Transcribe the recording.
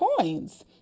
coins